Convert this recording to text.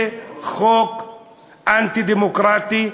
זה חוק אנטי-דמוקרטי,